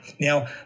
Now